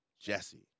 Jesse